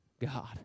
God